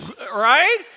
right